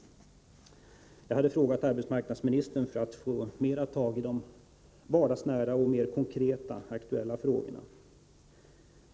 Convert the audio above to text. Jag har riktat min interpellation till arbetsmarknadsministern för att få diskutera de vardagsnära och mer konkreta aktuella frågorna.